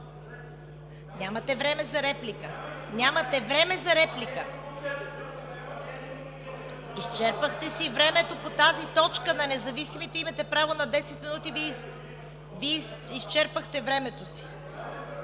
Нямате време за реплика. (Реплики.) Изчерпахте си времето по тази точка на независимите. Имате право на 10 минути. Вие изчерпахте времето си.